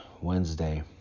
Wednesday